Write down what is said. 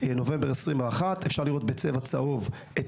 נובמבר 2021. אפשר לראות בצבע צהוב את